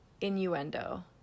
innuendo